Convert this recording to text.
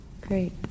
Great